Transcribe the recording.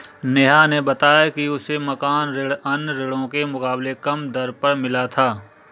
नेहा ने बताया कि उसे मकान ऋण अन्य ऋणों के मुकाबले कम दर पर मिला था